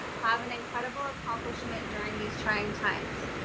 have an incredible accomplishment during these trying times.